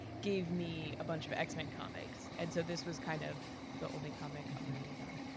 gave me a bunch of x-men comics, and so this was kind of the only comic on my radar.